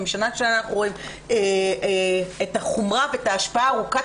ומשנה לשנה אנחנו רואים את החומרה ואת ההשפעה ארוכת